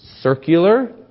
circular